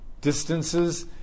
distances